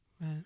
Right